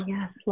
Yes